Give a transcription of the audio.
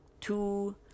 two